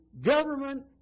government